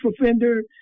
Offender